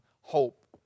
hope